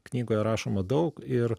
knygoje rašoma daug ir